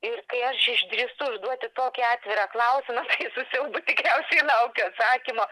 ir kai aš išdrįstu užduoti tokį atvirą klausimą su siaubu tikriausiai laukiu atsakymo